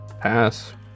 Pass